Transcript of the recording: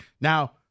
Now